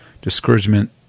Discouragement